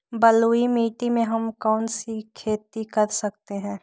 बलुई मिट्टी में हम कौन कौन सी खेती कर सकते हैँ?